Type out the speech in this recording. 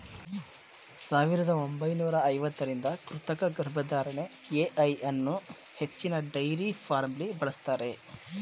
ಸಾವಿರದ ಒಂಬೈನೂರ ಐವತ್ತರಿಂದ ಕೃತಕ ಗರ್ಭಧಾರಣೆ ಎ.ಐ ಅನ್ನೂ ಹೆಚ್ಚಿನ ಡೈರಿ ಫಾರ್ಮ್ಲಿ ಬಳಸ್ತಾರೆ